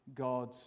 God